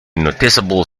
noticeable